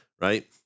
right